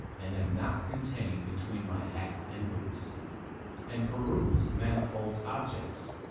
and am not contain'd between my hat and boots and peruse manifold objects,